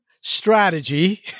strategy